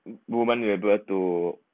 women will be able to